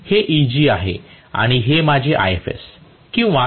हे Eg आहे आणि हे माझे Ifs किंवा